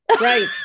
Right